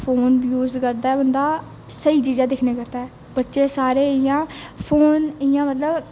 phone use करदा ऐ बंदा स्हेई चीजां दिक्खने आस्तै बच्चे सारे इयां फोन इयां मतलब